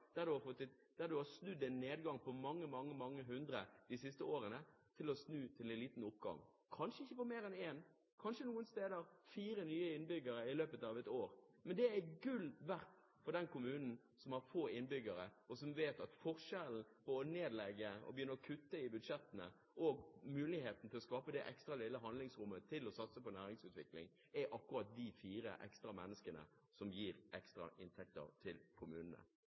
der en har snudd en nedgang på mange, mange hundre de siste årene til en liten oppgang – kanskje ikke med mer enn én, kanskje noen steder med fire nye innbyggere i løpet av et år. Men det er gull verdt for den kommunen som har få innbyggere, og som vet at forskjellen på å nedlegge og begynne å kutte i budsjettene og muligheten til å skape det ekstra lille handlingsrommet til å satse på næringsutvikling er akkurat de fire ekstra menneskene som gir ekstra inntekter til kommunene.